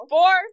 Four